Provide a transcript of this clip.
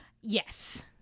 yes